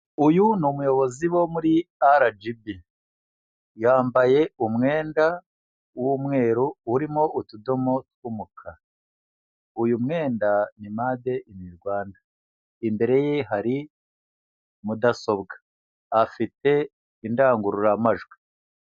Uyu ni umuyobozi wo muri RGB. Yambaye umwenda w'umweru urimo utudomo tw'umukara. Uyu mwenda ni made ini Rwanda. Imbere ye hari mudasobwa. Afite indangururamajwi.